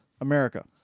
America